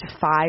five